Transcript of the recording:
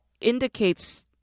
indicates